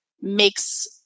makes